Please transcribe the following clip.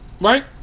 right